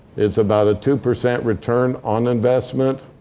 it's about a two percent return on investment.